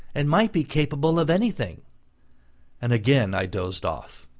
and might be capable of anything and again i dozed off.